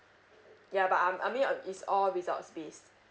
yeah but um I mean uh it's all results based